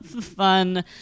fun